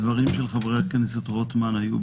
הדברים של חבר הכנסת רוטמן היו,